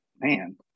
Man